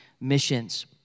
missions